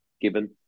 given